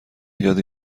یاد